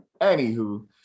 anywho